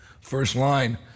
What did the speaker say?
first-line